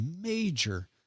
major